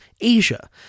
Asia